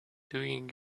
doing